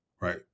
Right